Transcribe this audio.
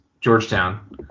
Georgetown